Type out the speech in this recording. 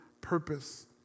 purpose